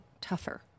tougher